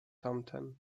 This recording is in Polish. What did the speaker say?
tamten